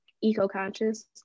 eco-conscious